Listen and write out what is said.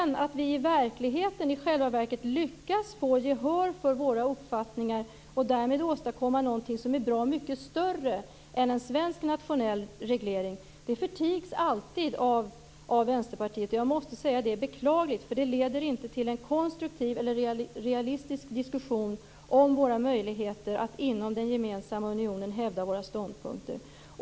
När vi i verkligheten lyckas få gehör för våra uppfattningar och därmed åstadkommer någonting som är mycket större än en svensk nationell reglering, då förtigs detta alltid av Vänsterpartiet. Det är beklagligt, för det leder inte till en konstruktiv eller realistisk diskussion om våra möjligheter att inom den gemensamma unionen hävda våra ståndpunkter.